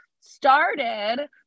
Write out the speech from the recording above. started